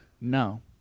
No